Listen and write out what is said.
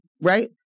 Right